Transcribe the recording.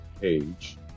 page